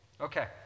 Okay